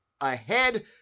ahead